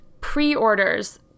Pre-orders